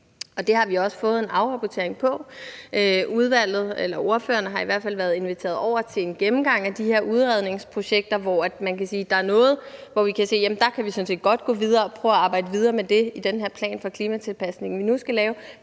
Det har vi også fået en afrapportering på. Ordføreren har i hvert fald været inviteret over til en gennemgang af de her udredningsprojekter. Der er noget, hvor vi kan se, at der kan vi sådan set godt gå videre og prøve at arbejde videre med det i den her plan for klimatilpasning, vi nu skal lave.